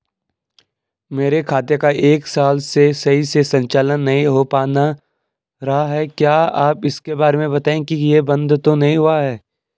मेरे खाते का एक साल से सही से संचालन नहीं हो पाना रहा है क्या आप इसके बारे में बताएँगे कि ये बन्द तो नहीं हुआ है?